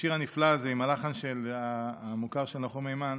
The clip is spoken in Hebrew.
השיר הנפלא הזה עם הלחן המוכר של נחום היימן,